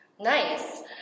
Nice